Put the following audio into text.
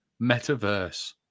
metaverse